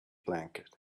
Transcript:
blanket